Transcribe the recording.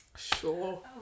Sure